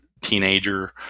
teenager